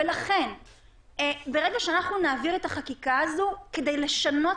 ולכן ברגע שנעביר את החקיקה הזו כדי לשנות